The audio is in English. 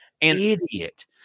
idiot